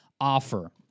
offer